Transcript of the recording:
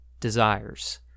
desires